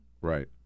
Right